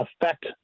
affect